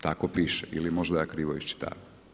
Tako piše ili možda ja krivo iščitavam.